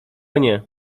nie